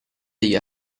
degli